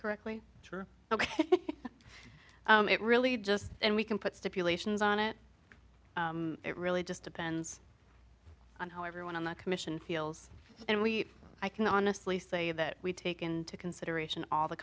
correctly but it really just and we can put stipulations on it it really just depends on how everyone on the commission feels and we i can honestly say that we take into consideration all the